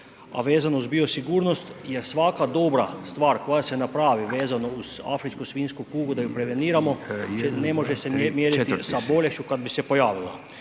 a vezano uz biosigurnost jer svaka dobra stvar koja se napravi vezano uz afričku svinjsku kugu da ju preveniramo ne može se mjeriti sa bolešću kad bi se pojavila.